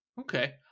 Okay